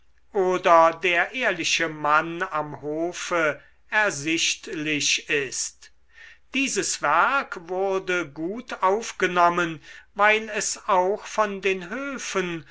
oder der ehrliche mann am hofe ersichtlich ist dieses werk wurde gut aufgenommen weil es auch von den höfen